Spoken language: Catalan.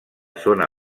zona